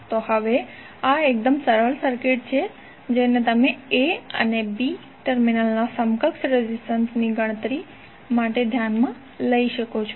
તો હવે આ એકદમ સરળ સર્કિટ છે જેને તમે A અને B ટર્મિનલના સમકક્ષ રેઝિસ્ટન્સ ની ગણતરી માટે ધ્યાનમાં લઈ શકો છો